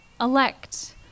elect